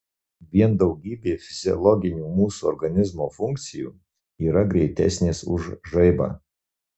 vien daugybė fiziologinių mūsų organizmo funkcijų yra greitesnės už žaibą